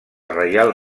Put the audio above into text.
reial